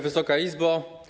Wysoka Izbo!